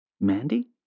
Mandy